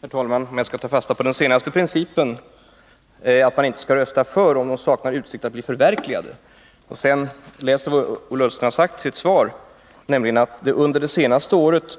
Herr talman! Jag skall ta fasta på den senaste principen, nämligen att man inte skall rösta för resolutioner, om de saknar utsikt att förverkligas. Dessutom har Ola Ullsten sagt i sitt svar att situationen under det senaste året